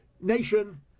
nation